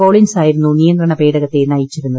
Collins ആയിരുന്നു നിയന്ത്രണ പേടകത്തെ നയിച്ചിരുന്നത്